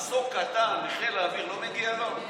מסוק קטן מחיל האוויר לא מגיע לו?